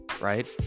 right